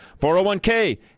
401k